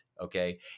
Okay